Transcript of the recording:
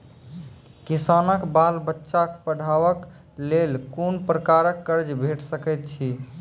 किसानक बाल बच्चाक पढ़वाक लेल कून प्रकारक कर्ज भेट सकैत अछि?